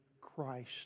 Christ